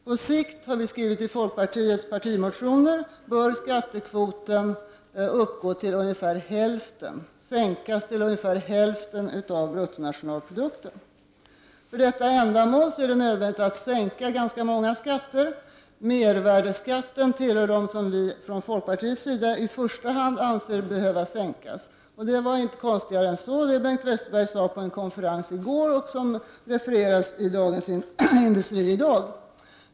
På sikt, har vi skrivit i folkpartiets partimotioner, bör skattekvoten sänkas till ungefär hälften av bruttonationalprodukten. För detta ändamål är det nödvändigt att sänka ganska många skatter. Mervärdeskatten tillhör dem som folkpartiet anser bör sänkas i första hand. Det som Bengt Westerberg sade på en konferens i går och som refereras i Dagens Industri i dag var inte konstigare än så.